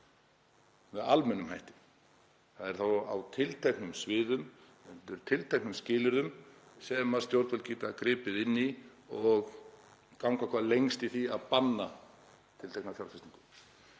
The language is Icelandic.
með almennum hætti. Það er á tilteknum sviðum undir tilteknum skilyrðum sem stjórnvöld geta gripið inn í og gengið hvað lengst, bannað tiltekna fjárfestingu.